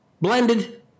blended